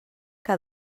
que